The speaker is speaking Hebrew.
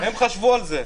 הם חשבו על זה.